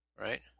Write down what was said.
right